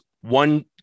One